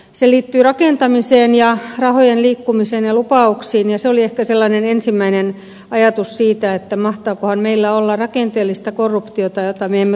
se liittyy rakentamiseen ja rahojen liikkumiseen ja lupauksiin ja se oli ehkä sellainen ensimmäinen ajatus siitä mahtaakohan meillä olla rakenteellista korruptiota jota me emme tunnista